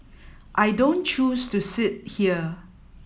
I don't choose to sit here